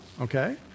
okay